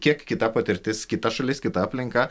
kiek kita patirtis kita šalis kita aplinka